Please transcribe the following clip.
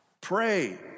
Pray